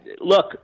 look